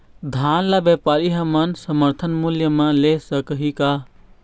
धान ला व्यापारी हमन समर्थन मूल्य म ले सकही का?